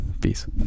peace